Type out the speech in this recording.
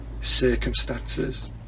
circumstances